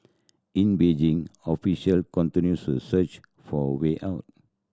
in Beijing official continues search for way out